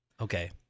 Okay